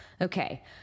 Okay